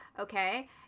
okay